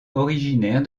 originaire